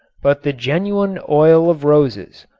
but the genuine oil of roses,